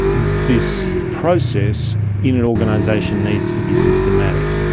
this process in an organisation needs to be systematic.